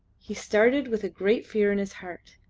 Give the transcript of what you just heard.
he started with a great fear in his heart,